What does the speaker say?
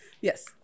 yes